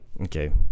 okay